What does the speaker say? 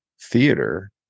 theater